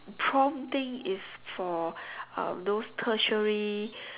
prom thing is for uh those tertiary